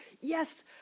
Yes